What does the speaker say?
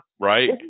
Right